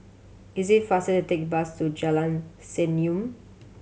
it is faster to take the bus to Jalan Senyum